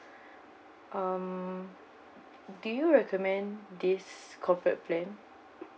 um do you recommend this corporate plan